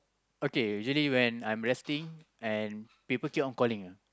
okay usually when I'm resting and people keep on calling ah